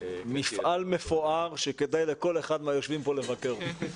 מפעל מפואר שכדאי לכל אחד מהיושבים פה לבקר בו.